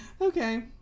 Okay